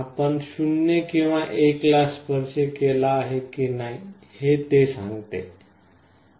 आपण 0 किंवा 1 ला स्पर्श केला आहे की नाही हे ते सांगते